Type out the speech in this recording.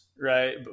right